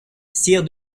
sire